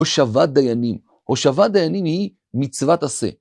הושבת דיינים. הושבת דיינים היא מצוות עשה.